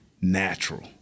natural